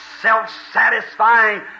self-satisfying